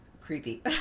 creepy